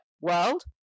world